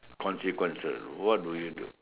consequences what do you do